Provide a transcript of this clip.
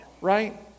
right